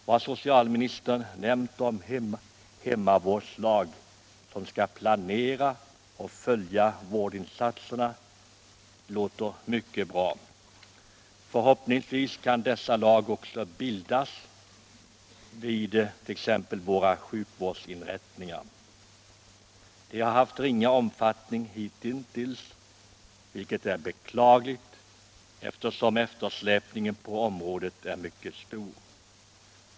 Vad socialministern nämner om hemmavårdslag, som skall planera och följa vårdinsatserna, låter mycket bra — förhoppningsvis kan dessa lag också bildas vid t.ex. våra sjukvårdsinrättningar. De har haft ringa omfattning hittills, vilket är beklagligt, då eftersläpningen på området är mycket stor.